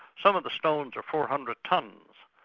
some of the stones are four hundred tons,